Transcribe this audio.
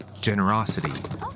generosity